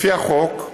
לפי החוק,